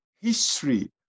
history